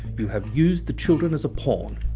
you have used the children as a pawn.